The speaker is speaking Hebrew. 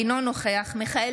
אינו נוכח מיכאל